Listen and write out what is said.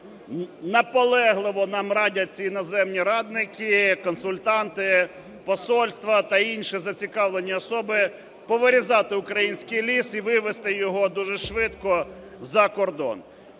наполегливо нам радять всі іноземні радники, консультанти, посольства та інші зацікавлені особи, повирізати український ліс і вивезти його дуже швидко за кордон.